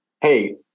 Hey